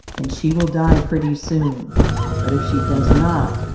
and she will die pretty soon but if she does not,